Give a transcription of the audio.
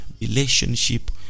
relationship